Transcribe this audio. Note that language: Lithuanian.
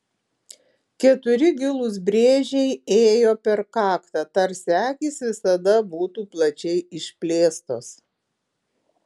keturi gilūs brėžiai ėjo per kaktą tarsi akys visada būtų plačiai išplėstos